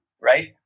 right